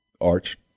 Arch